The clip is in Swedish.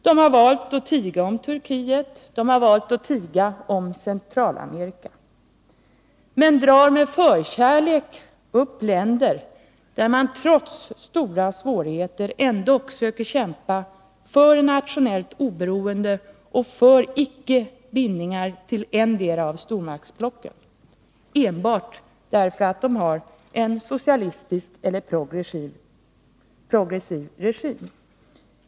De har valt att tiga om Turkiet och om Centralamerika men drar med förkärlek upp länder där man trots stora svårigheter söker kämpa för nationellt oberoende och för ickebindningar till ettdera stormaktsblocket. Och detta gör moderaterna enbart för att dessa länder har en socialistisk eller progressiv regim.